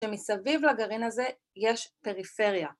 ‫שמסביב לגרעין הזה יש פריפריה.